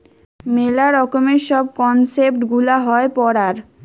মেলা রকমের সব কনসেপ্ট গুলা হয় পড়ার